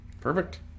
Perfect